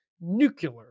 Nuclear